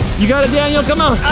you got it daniel, come on.